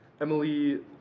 Emily